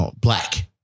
black